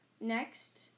Next